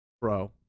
bro